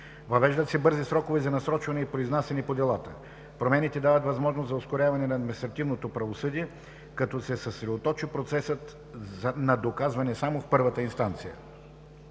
Въвеждат се бързи срокове за насрочване и произнасяне по делата. Промените дават възможност за ускоряване на административното правосъдие, като се съсредоточи процесът на доказване само в първата инстанция.